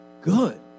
Good